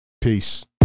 Peace